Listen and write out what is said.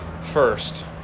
First